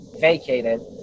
vacated